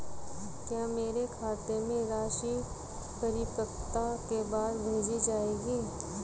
क्या मेरे खाते में राशि परिपक्वता के बाद भेजी जाएगी?